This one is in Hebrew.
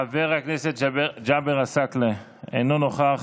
חבר הכנסת ג'אבר עסאקלה, אינו נוכח,